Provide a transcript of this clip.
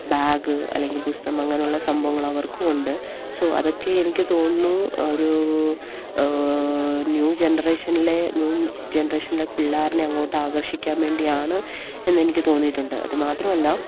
bag അല്ലെങ്കില് പുസ്തകം അങ്ങനെയുള്ള സംഭവങ്ങൾ അവർക്കുമുണ്ട് സോ അതൊക്കെ എനിക്ക് തോന്നുന്നു ഒരു ന്യൂ ജനറേഷനിലെ ന്യൂ ജനറേഷനിലെ പിള്ളേരെ അങ്ങോട്ട് ആകർഷിക്കാൻ വേണ്ടിയാണെന്ന് എനിക്ക് തോന്നിയിട്ടുണ്ട് അത് മാത്രമല്ല